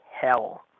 hell